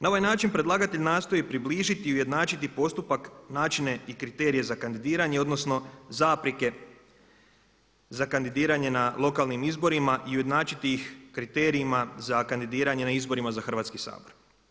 Na ovaj način predlagatelj nastoji približiti i ujednačiti postupak, načine i kriterije za kandidiranje, odnosno zapreke za kandidiranje na lokalnim izborima i ujednačiti ih kriterijima za kandidiranje na izborima za Hrvatski sabor.